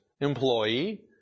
employee